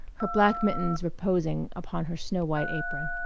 her black mittens reposing upon her snow-white apron.